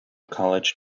college